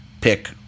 pick